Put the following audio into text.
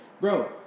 Bro